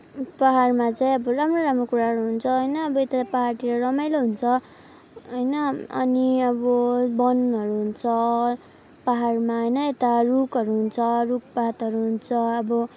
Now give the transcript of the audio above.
पाहाडमा चाहिँ अब राम्रो राम्रो कुराहरू हुन्छ होइन अब यता पाहाडतिर रमाइलो हुन्छ होइन अनि अब वनहरू हुन्छ पाहाडमा होइन यता रुखहरू हुन्छ रुखपातहरू हुन्छ अब